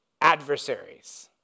adversaries